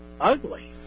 ugly